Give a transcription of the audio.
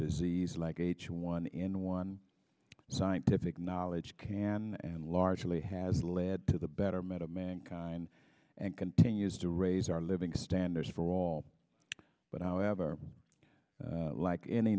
disease like h one n one scientific knowledge can and largely has led to the betterment of mankind and continues to raise our living standards for all but however like any